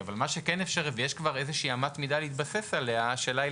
אבל מה שכן אפשרי ויש כבר איזו שהיא אמת מידה להתבסס עליה השאלה היא,